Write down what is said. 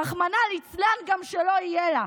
רחמנא ליצלן גם שלא יהיה לה.